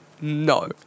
no